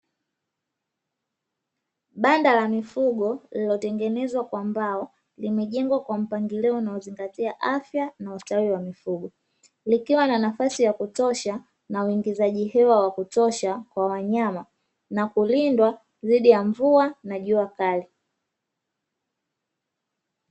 Banda la mifugo lililotengenezwa kwa mbao limejengwa kwa mpangilio unaozingatia afya na ustawi wa mifugo, likiwa na nafasi ya kutosha na uingizaji hewa wa kutosha kwa wanyama na kulindwa dhidi ya mvua na juakali.